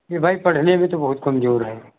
ये भाई पढ़ने में तो बहुत कमजोर है